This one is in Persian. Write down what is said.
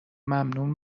ممنون